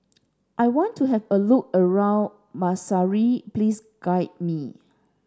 I want to have a look around Maseru please guide me